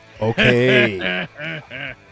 Okay